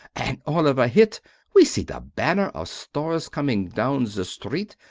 and all of a hit we see the banner of stars coming down the street,